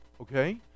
Okay